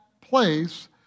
place